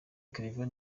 claver